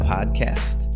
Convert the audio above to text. Podcast